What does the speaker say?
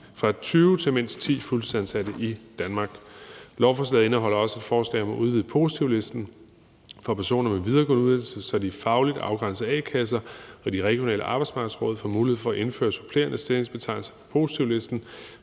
fra 20 til mindst 10 fuldtidsansatte i Danmark. Lovforslaget indeholder også et forslag om at udvide positivlisten for personer med videregående uddannelse, så de fagligt afgrænsede a-kasser og de regionale arbejdsmarkedsråd får mulighed for at indføre supplerende stillingsbetegnelser på positivlisten.